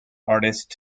artist